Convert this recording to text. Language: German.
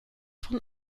von